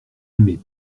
aimé